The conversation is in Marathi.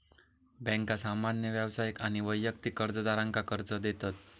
बँका सामान्य व्यावसायिक आणि वैयक्तिक कर्जदारांका कर्ज देतत